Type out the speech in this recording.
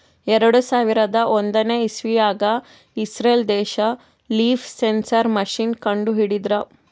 ಎರಡು ಸಾವಿರದ್ ಒಂದನೇ ಇಸವ್ಯಾಗ್ ಇಸ್ರೇಲ್ ದೇಶ್ ಲೀಫ್ ಸೆನ್ಸರ್ ಮಷೀನ್ ಕಂಡು ಹಿಡದ್ರ